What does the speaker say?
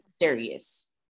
serious